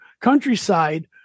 countryside